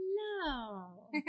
Hello